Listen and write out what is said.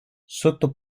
sotto